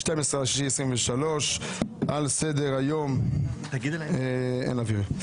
12 ביוני 2023. על סדר-היום: א.